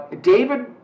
David